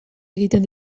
egiten